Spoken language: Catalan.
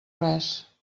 res